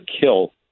kill